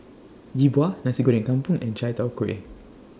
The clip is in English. Yi Bua Nasi Goreng Kampung and Chai Tow Kway